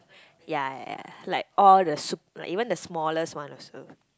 yea yea like all the sup~ like even the smallest one also